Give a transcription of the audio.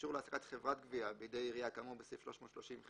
אישור להעסקת חברת גבייה בידי עירייה כאמור בסעיף 330ח(א)